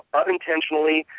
unintentionally